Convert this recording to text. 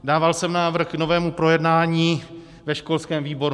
Dával jsem návrh k novému projednání ve školském výboru.